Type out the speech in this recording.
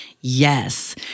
Yes